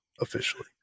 officially